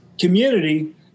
community